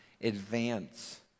advance